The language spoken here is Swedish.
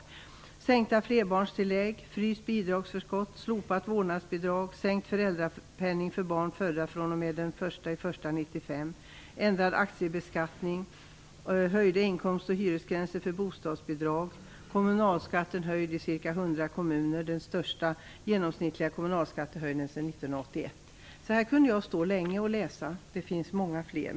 Vidare är det sänkta flerbarnstillägg, fryst bidragsförskott, slopat vårdnadsbidrag, sänkt föräldrapenning för barn födda fr.o.m. den 1 januari 1995, ändrad aktiebeskattning, höjda inkomst och hyresgränser för bostadsbidrag, kommunalskatten höjd i ca 100 kommuner - det är den största genomsnittliga kommunalskattehöjningen sedan 1981. Jag kunde stå här länge och läsa så. Det finns många fler.